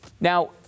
Now